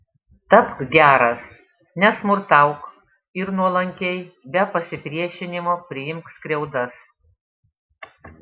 tapk geras nesmurtauk ir nuolankiai be pasipriešinimo priimk skriaudas